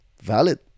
Valid